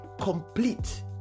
complete